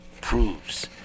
proves